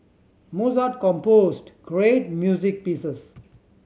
mozart composed great music pieces